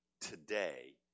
today